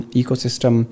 ecosystem